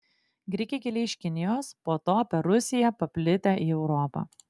grikiai kilę iš kinijos po to per rusiją paplitę į europą